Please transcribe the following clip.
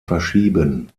verschieben